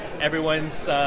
Everyone's